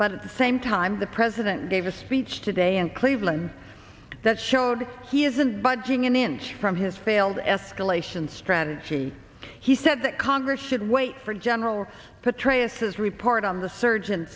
but at the same time the president gave a speech today in cleveland that showed he isn't budging an inch from his failed escalation strategy he said that congress should wait for general petraeus his report on the surge